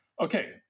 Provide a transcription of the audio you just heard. Okay